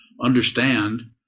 understand